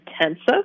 intensive